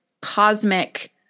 cosmic –